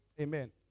Amen